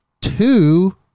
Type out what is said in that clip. two